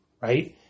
right